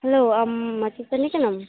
hello ᱟᱢ ᱢᱟᱪᱮᱛᱟᱱᱤ ᱠᱟᱱᱟᱢ